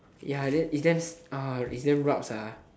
ya that it's damn ah it's damn rabz ah